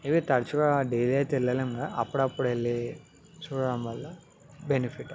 ఇవి తరచుగా డైలీ అయితే వెళ్ళలేం కదా అప్పుడప్పుడు వెళ్ళి చూడడం వల్ల బెనిఫిట్ అవుతుంది